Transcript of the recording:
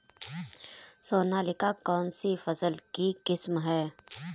सोनालिका कौनसी फसल की किस्म है?